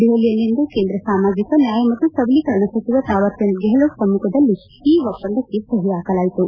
ದೆಹಲಿಯಲ್ಲಿಂದು ಕೇಂದ್ರ ಸಾಮಾಜಿಕ ನ್ಯಾಯ ಮತ್ತು ಸಬಲೀಕರಣ ಸಚಿವ ತಾವರ್ ಚಂದ್ ಗೆಹ್ಲೋಟ್ ಸಮ್ಮಖದಲ್ಲಿ ಒಪ್ಪಂದಕ್ಕೆ ಸಹಿ ಹಾಕಲಾಯಿತು